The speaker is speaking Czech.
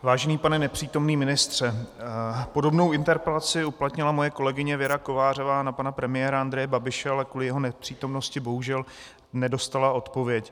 Vážený pane nepřítomný ministře, podobnou interpelaci uplatnila moje kolegyně Věra Kovářová na pana premiéra Andreje Babiše, ale kvůli jeho nepřítomnosti bohužel nedostala odpověď.